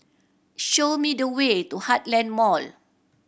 show me the way to Heartland Mall